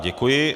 Děkuji.